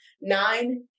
nine